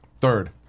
Third